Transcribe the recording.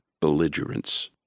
belligerence